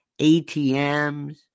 ATMs